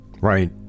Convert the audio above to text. right